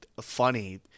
funny